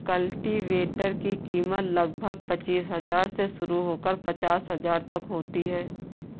cultivator की कीमत लगभग पचीस हजार से शुरू होकर पचास हजार तक होती है